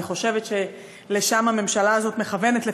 אני חושבת שלשם הממשלה הזאת מכוונת,